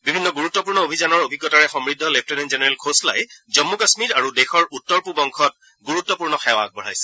বিভিন্ন গুৰুত্পূৰ্ণ অভিযানৰ অভিজ্ঞতাৰে সমৃদ্ধ লেফটেনেণ্ট জেনেৰেল খোছলাই জম্মু কাশ্মীৰ আৰু দেশৰ উত্তৰ পুব অংশত গুৰুত্পূৰ্ণ সেৱা আগবঢ়াইছিল